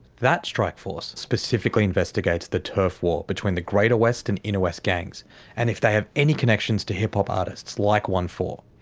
that strikeforce specifically investigates the turf war between the greater west and inner west gangs and if they have any connections to hip-hop artists, like onefour.